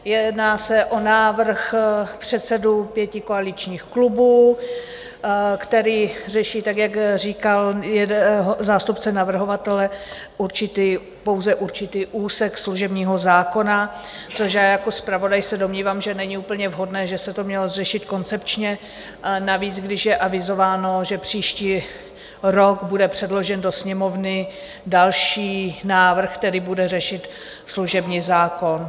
Jedná se o návrh předsedů pěti koaličních klubů, který řeší, jak říkal zástupce navrhovatele, určitý, pouze určitý úsek služebního zákona, což já jako zpravodaj se domnívám, že není úplně vhodné, že se to mělo řešit koncepčně, navíc, když je avizováno, že příští rok bude předložen do Sněmovny další návrh, který bude řešit služební zákon.